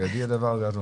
לדעתי, הדבר הזה בידכם.